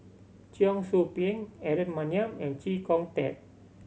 Cheong Soo Pieng Aaron Maniam and Chee Kong Tet